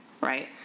right